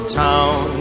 town